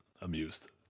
amused